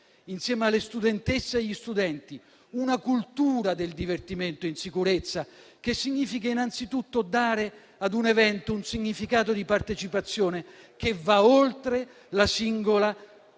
insieme alle studentesse e agli studenti, una cultura del divertimento in sicurezza, che significa innanzitutto dare a un evento un significato di partecipazione che va oltre la singola